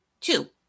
two